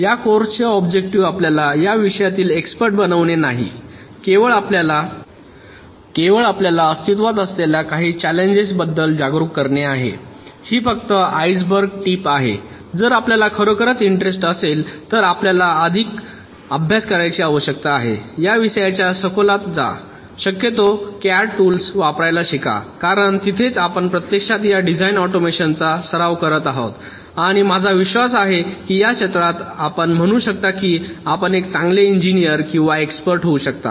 या कोर्सचे ऑब्जेक्टिव्ह आपल्याला या विषयातील एक्स्पर्ट बनविणे नाही केवळ आपल्याला अस्तित्त्वात असलेल्या काही चॅलेंजेस बद्दल जागरूक करणे आहे ही फक्त आइसबर्ग टीप आहे जर आपल्याला खरोखरच इंटरेस्ट असेल तर आपल्याला अधिक अभ्यास करण्याची आवश्यकता आहे या विषयांच्या सखोलतेत जा शक्यतो सीएडी टुल्स वापरायला शिका कारण तिथेच आपण प्रत्यक्षात या डिझाइन ऑटोमेशनचा सराव करत आहात आणि माझा विश्वास आहे की या क्षेत्रात आपण म्हणू शकता की आपण एक चांगले इंजिनिअर किंवा एक्स्पर्ट होऊ शकता